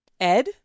Ed